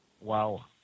Wow